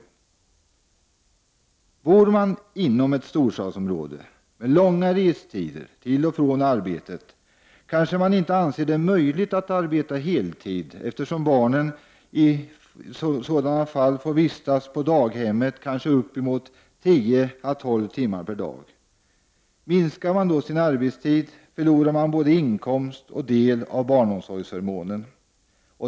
Bor man inom ett storstadsområde med långa restider till och från arbetet, kanske man inte anser det möjligt att arbeta heltid eftersom barnen i så fall får vistas på daghemmet i uppemot 10 å 12 timmar per dag. Minskar man då sin arbetstid förlorar man både inkomst och del av barnomsorgsförmånen.